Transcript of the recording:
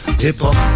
Hip-Hop